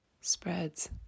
spreads